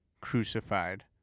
Crucified